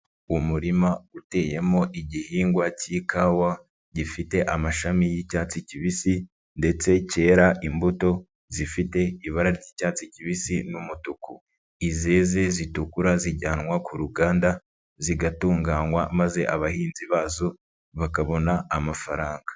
Umurima uteyemo igihingwa cy'ikawa gifite amashami y'icyatsi kibisi ndetse cyera imbuto zifite ibara ry'icyatsi kibisi n'umutuku, izeze zitukura zijyanwa ku ruganda zigatunganywa maze abahinzi bazo bakabona amafaranga.